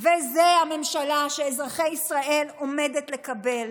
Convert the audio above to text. וזו הממשלה שאזרחי ישראל עומדת לקבל: